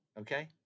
okay